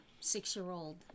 six-year-old